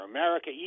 America